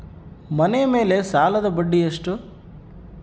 ಮನೆ ಮೇಲೆ ಸಾಲದ ಬಡ್ಡಿ ಎಷ್ಟು?